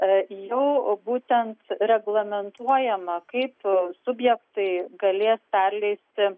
a juo būtent reglamentuojama kaip subjektai galės perleisti